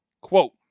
quote